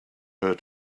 her